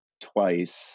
twice